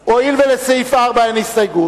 כנוסח הוועדה.